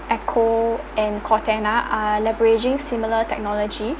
ecco and cortana are leveraging similar technology